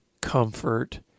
comfort